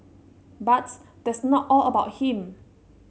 but that's not all about him